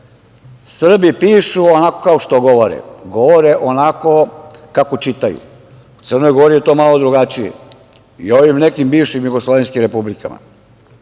Srbi pišu onako kao što govore, govore onako kako čitaju. U Crnoj Gori je to malo drugačije i u ovim nekim bivšim jugoslovenskim republikama.